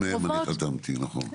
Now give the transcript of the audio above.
על אחד מהם אני חתמתי, נכון.